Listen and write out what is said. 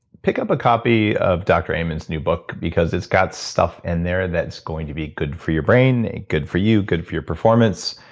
pick up a copy of dr amen's new book, because it's got stuff in there that's going to be good for your brain and good for you, good for your performance.